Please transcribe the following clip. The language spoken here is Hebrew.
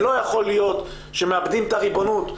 לא יכול להיות שמאבדים את הריבונות.